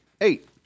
eight